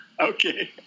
Okay